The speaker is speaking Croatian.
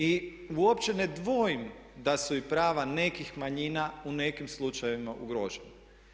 I uopće ne dvojim da su i prava nekih manjina u nekim slučajevima ugrožena.